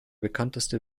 bekannteste